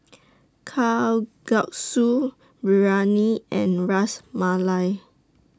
Kalguksu Biryani and Ras Malai